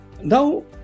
Now